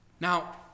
Now